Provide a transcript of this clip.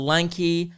Lanky